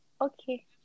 Okay